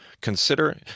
consider